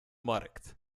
markt